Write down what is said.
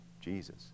Jesus